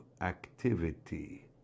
activity